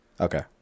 Okay